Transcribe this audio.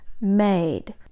made